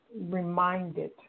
reminded